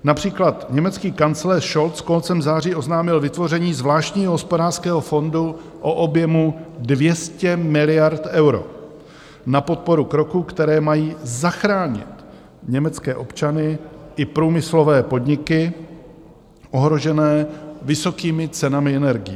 Například německý kancléř Scholz koncem září oznámil vytvoření zvláštního hospodářského fondu o objemu 200 miliard eur na podporu kroků, které mají zachránit německé občany i průmyslové podniky ohrožené vysokými cenami energií.